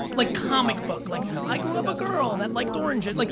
like comic book, like, i grew up a girl that liked oranges. like